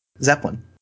Zeppelin